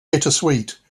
bittersweet